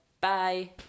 bye